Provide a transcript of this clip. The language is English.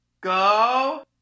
Go